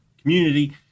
community